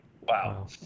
Wow